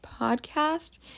Podcast